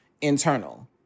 internal